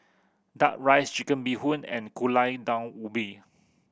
Duck Rice Chicken Bee Hoon and Gulai Daun Ubi